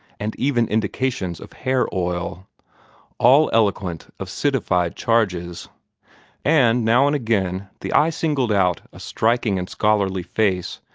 and even indications of hair-oil all eloquent of citified charges and now and again the eye singled out a striking and scholarly face,